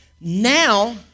Now